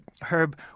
Herb